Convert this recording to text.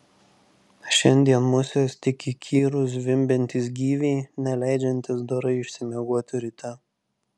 šiandien musės tik įkyrūs zvimbiantys gyviai neleidžiantys dorai išsimiegoti ryte